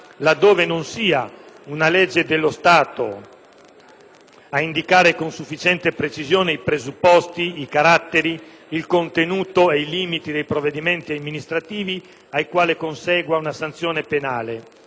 laddove non sia una legge dello Stato ad indicare con sufficiente precisione i presupposti, i caratteri, il contenuto e i limiti dei provvedimenti amministrativi ai quali consegua una sanzione penale